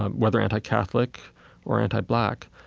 ah whether anti-catholic or anti-black,